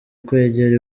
kugera